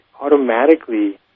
automatically